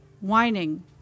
whining